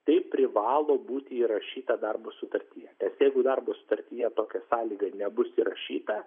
tai privalo būti įrašyta darbo sutartyje jeigu darbo sutartyje tokia sąlyga nebus įrašyta